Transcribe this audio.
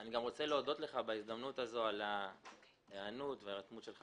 אני רוצה להודות לך בהזדמנות הזו על ההיענות וההירתמות שלך